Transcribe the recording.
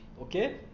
okay